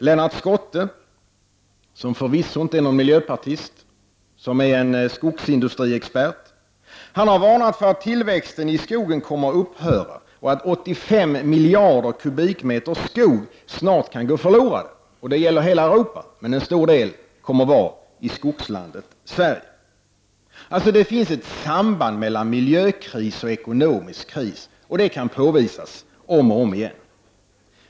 Lennart Schotte, som förvisso inte är en miljöpartist utan skogsindustriexpert, har varnat för att tillväxten i skogen kommer att upphöra och att 85 miljarder kubikmeter skog snart kan gå förlorad på grund av miljöförstöring. Det gäller hela Europa och i stor utsträckning skogslandet Sverige. Det finns alltså ett samband mellan miljökris och ekonomisk kris. Det kan påvisas om och om igen.